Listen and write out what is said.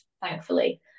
thankfully